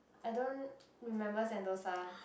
I don't remember Sentosa